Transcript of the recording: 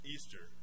Easter